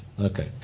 Okay